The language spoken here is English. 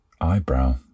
eyebrow